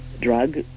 drug